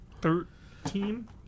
Thirteen